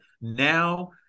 now